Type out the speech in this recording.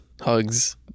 hugs